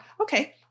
okay